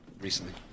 recently